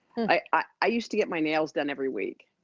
i used to get my nails done every week.